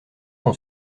son